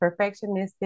perfectionistic